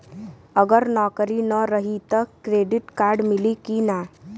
अगर नौकरीन रही त क्रेडिट कार्ड मिली कि ना?